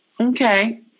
Okay